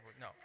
No